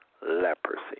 Leprosy